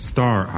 Star